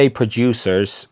producers